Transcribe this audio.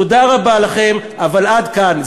תודה רבה לכם, אבל עד כאן.